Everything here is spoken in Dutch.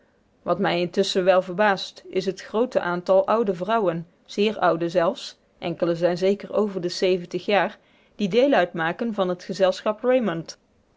wat mij intusschen wel verbaast is het groote aantal oude vrouwen zeer oude zelfs die deel uitmaken van het gezelschap raymond